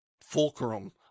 fulcrum